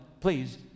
please